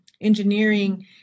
Engineering